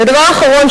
והדבר האחרון,